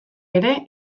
ere